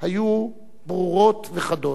היו ברורות וחדות.